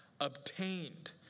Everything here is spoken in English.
obtained